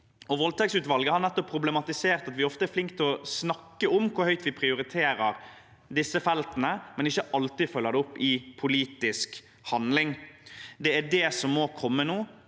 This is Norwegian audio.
Voldtektsutvalget har nettopp problematisert at vi ofte er flinke til å snakke om hvor høyt vi prioriterer disse feltene, men at vi ikke alltid følger det opp i politisk handling. Det er det som må komme nå: